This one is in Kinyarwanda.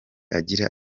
agira